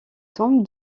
tombe